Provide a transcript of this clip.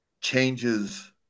changes